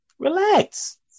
Relax